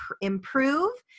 improve